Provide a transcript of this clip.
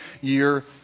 year